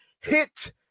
Hit